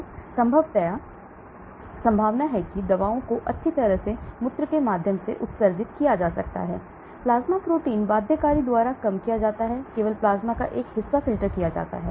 तो संभावना है कि दवाओं को अच्छी तरह से मूत्र के माध्यम से उत्सर्जित किया जा सकता है प्लाज्मा प्रोटीन बाध्यकारी द्वारा कम किया जाता है केवल प्लाज्मा का एक हिस्सा फ़िल्टर किया जाता है